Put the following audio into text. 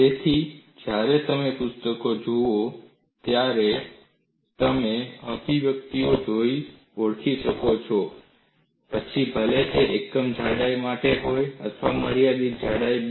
તેથી જ્યારે તમે પુસ્તકો જુઓ છો ત્યારે તમે અભિવ્યક્તિઓ જોઈને ઓળખી શકશો પછી ભલે તે એકમ જાડાઈ માટે હોય અથવા મર્યાદિત જાડાઈ B